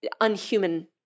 unhuman